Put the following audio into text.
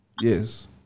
yes